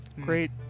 Great